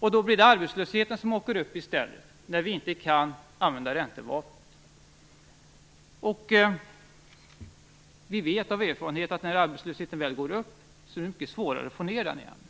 Då blir det arbetslösheten som åker upp i stället när vi inte kan använda räntevapnet. Vi vet av erfarenhet att när arbetslösheten då väl går upp är det mycket svårare att få ned den igen.